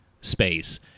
space